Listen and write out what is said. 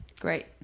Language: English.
Great